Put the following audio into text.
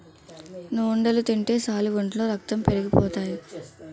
నువ్వుండలు తింటే సాలు ఒంట్లో రక్తం పెరిగిపోతాయి